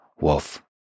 Wolf